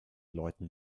leuten